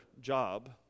job